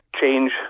change